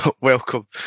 Welcome